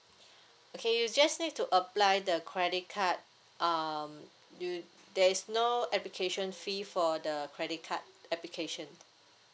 okay you just need to apply the credit card um you there's no application fee for the credit card application